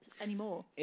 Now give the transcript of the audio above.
anymore